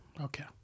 Okay